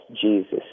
Jesus